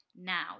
now